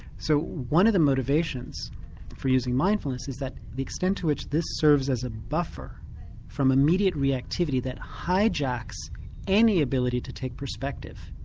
so one of the motivations for using mindfulness is the extent to which this serves as a buffer from immediate reactivity that hijacks any ability to take perspective.